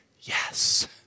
yes